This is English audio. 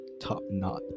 top-notch